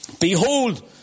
Behold